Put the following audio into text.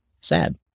sad